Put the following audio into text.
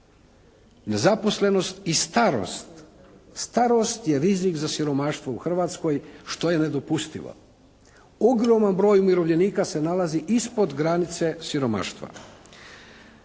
nezaposlenost i starost. Starost je rizik za siromaštvo u Hrvatskoj, što je nedopustivo. Ogroman broj umirovljenika se nalazi ispod granice siromaštva.